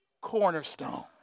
cornerstone